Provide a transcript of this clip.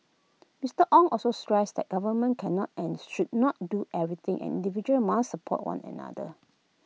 Mister Ong also stressed that government cannot and should not do everything and individuals must support one another